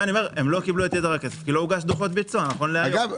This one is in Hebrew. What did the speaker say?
אני אומר שהם לא קיבלו את יתר הכסף כי לא הוגשו דוחות ביצוע נכון להיום.